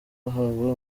wahawe